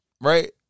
Right